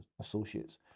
associates